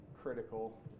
critical